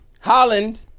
Holland